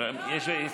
לא, לא.